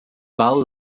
pau